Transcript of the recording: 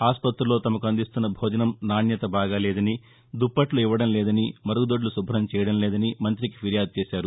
ఆస్పతుల్లో తమకు అందిస్తున్న భోజనం నాణ్యత బాగాలేదని దుప్పట్లు ఇవ్వడం లేదని మరుగుదొడ్లు శుభ్రం చేయడం లేదని మంతికి ఫిర్యాదు చేశారు